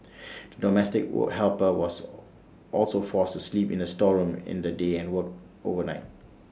the domestic work helper was also forced to sleep in the storeroom in the day and worked overnight